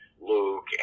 Luke